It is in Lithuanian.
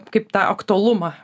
kaip tą aktualumą